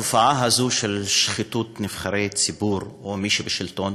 התופעה הזאת של שחיתות נבחרי ציבור או של מי שבשלטון